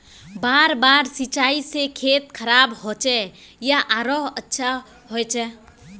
बार बार सिंचाई से खेत खराब होचे या आरोहो अच्छा होचए?